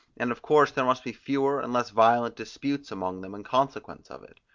and of course there must be fewer and less violent disputes among them in consequence of it.